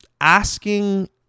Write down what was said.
asking